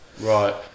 Right